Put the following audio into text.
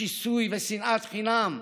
שיסוי ושנאת חינם.